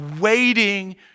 waiting